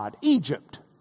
Egypt